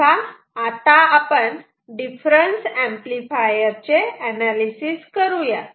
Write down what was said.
तेव्हा आता आपण डिफरन्स एम्पलीफायर चे अनालिसिस करूयात